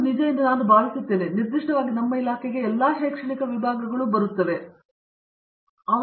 ಮತ್ತು ಅದು ನಿಜ ಎಂದು ನಾನು ಭಾವಿಸುತ್ತೇನೆ ಆದರೆ ನಿರ್ದಿಷ್ಟವಾಗಿ ನಮ್ಮ ಇಲಾಖೆಗೆ ಎಲ್ಲಾ ಶೈಕ್ಷಣಿಕ ವಿಭಾಗಗಳು ಆ ಕ್ರಮದಲ್ಲಿರಬೇಕು ಎಂದು ನಾನು ಭಾವಿಸುತ್ತೇನೆ